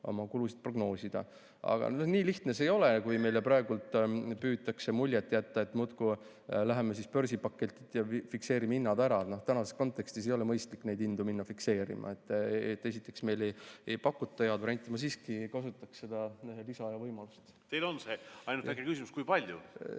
oma kulusid prognoosida. Aga nii lihtne see ei ole, kui meile praegu püütakse muljet jätta, et muudkui läheme ja börsipaketi asemel fikseerime hinnad ära. Tänases kontekstis ei ole mõistlik minna hindu fikseerima. Esiteks, meile ei pakuta head varianti. Ma siiski kasutaksin seda lisaajavõimalust. Teil on see. Ainult väike küsimus: kui palju?